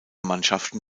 mannschaften